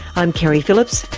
i'm keri phillips.